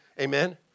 Amen